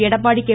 Edappadi K